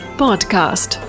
podcast